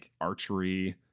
archery